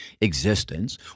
existence